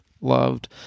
loved